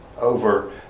over